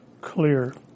clear